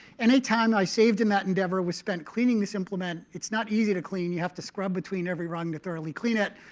any time that i saved in that endeavor was spent cleaning this implement. it's not easy to clean. you have to scrub between every rung to thoroughly clean it.